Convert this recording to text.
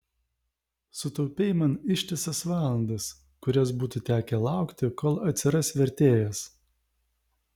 sutaupei man ištisas valandas kurias būtų tekę laukti kol atsiras vertėjas